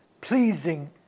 pleasing